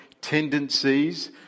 tendencies